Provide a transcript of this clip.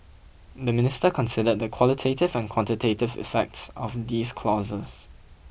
the Minister considered the qualitative and quantitative effects of these clauses